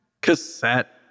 cassette